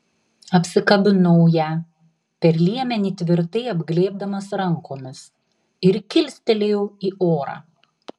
apsikabinau ją per liemenį tvirtai apglėbdamas rankomis ir kilstelėjau į orą